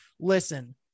listen